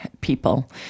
people